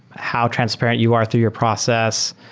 how transparent you are through your process,